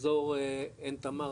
אזור עין תמר,